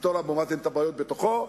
יפתור לאבו מאזן את הבעיות בתוכו,